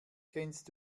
kennst